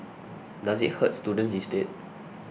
does it hurt students instead